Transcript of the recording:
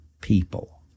people